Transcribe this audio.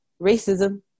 racism